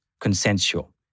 consensual